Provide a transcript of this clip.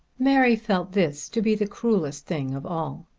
mary felt this to be the cruellest thing of all.